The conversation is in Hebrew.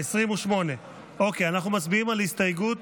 28. כעת נצביע על הסתייגות